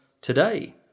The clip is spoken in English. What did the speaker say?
today